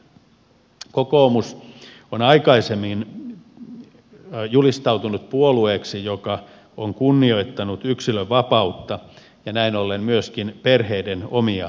kokoomus on aikaisemmin julistautunut puolueeksi joka on kunnioittanut yksilönvapautta ja näin ollen myöskin perheiden omia ratkaisuja